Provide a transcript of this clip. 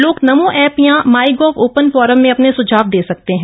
लोग नमो ऐप या्र MyGov open forum में अपने सुझाव्व दे सकते हैं